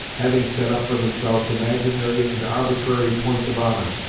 having set up for themselves imaginary and arbitrary points of honor,